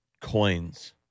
coins